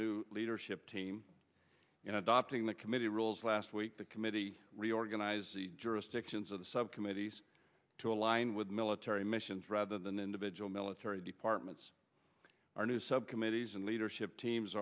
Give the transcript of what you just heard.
new leadership team in adopting the committee rules last week the committee reorganized jurisdictions of the subcommittees to align with military missions rather than individual military departments our new subcommittees and leadership teams